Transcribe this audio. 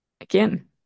again